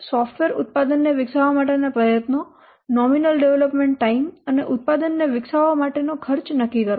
software ઉત્પાદનને વિકસાવવા માટેના પ્રયત્નો નોમિનલ ડેવલપમેન્ટ ટાઈમ અને ઉત્પાદનને વિકસાવવા માટેનો ખર્ચ નક્કી કરો